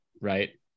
right